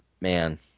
man